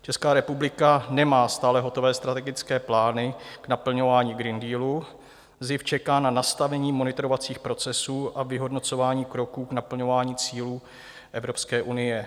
Česká republika nemá stále hotové strategické plány naplňování Green Dealu, SZIF čeká na nastavení monitorovacích procesů a vyhodnocování kroků k naplňování cílů Evropské unie.